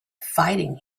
fighting